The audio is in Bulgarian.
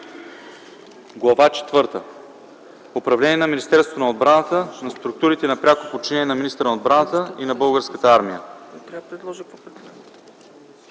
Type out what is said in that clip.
четвърта – Управление на Министерството на отбраната, на структурите на пряко подчинение на министъра на отбраната и на Българската армия”.